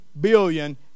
billion